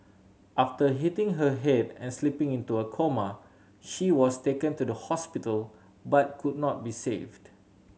after hitting her head and slipping into a coma she was taken to the hospital but could not be saved